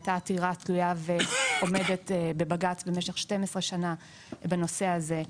הייתה עתירה שהייתה תלויה ועומדת בבג״ץ במשך 12 שנה בנושא הזה.